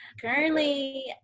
currently